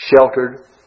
sheltered